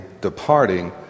departing